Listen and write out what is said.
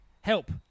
Help